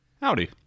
Howdy